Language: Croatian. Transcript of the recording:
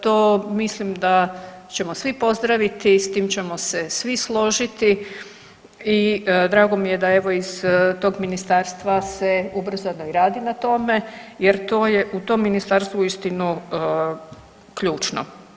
To mislim da ćemo svi pozdraviti i s tim ćemo se svi složiti i drago mi je da evo iz tog ministarstva se ubrzano i radi na tome jer to je u tom ministarstvu uistinu ključno.